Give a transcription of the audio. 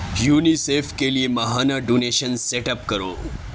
UNICEF کے لیے ماہانہ ڈونیشن سیٹ اپ کرو